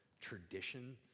tradition